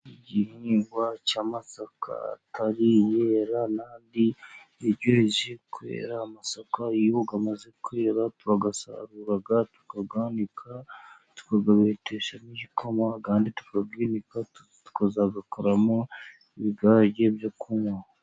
Igihingwa cy'amasaka atari yera n'andi yegereje kwera, amasaka iyo amaze kwera tuyasarura tukayanika, tukayabeteshamo igikoma, andi tukayinika, tukazayakoramo ibigage byo kunywa.